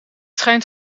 schijnt